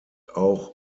auch